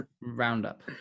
Roundup